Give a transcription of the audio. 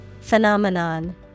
Phenomenon